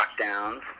lockdowns